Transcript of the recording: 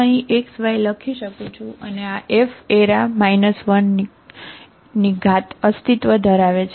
હું અહીં x y લખી શકું છું અને આ F 1 અસ્તિત્વ ધરાવ છે